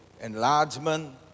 enlargement